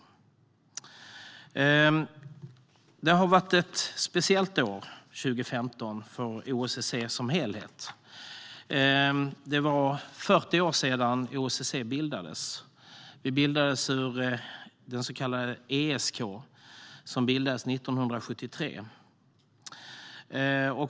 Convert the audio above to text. År 2015 har varit ett speciellt år för OSSE som helhet. Det var 40 år sedan OSSE bildades. Tidigare hette organisationen ESK, och den bildades 1973.